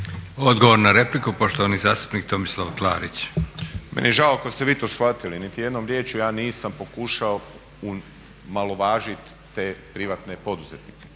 Odgovor na repliku, poštovani zastupnik Tomislav Klarić. **Klarić, Tomislav (HDZ)** Meni je žao ako ste vi to shvatili. Niti jednom rječju ja nisam pokušao omalovažit te privatne poduzetnike.